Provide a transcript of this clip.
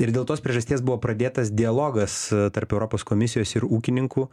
ir dėl tos priežasties buvo pradėtas dialogas tarp europos komisijos ir ūkininkų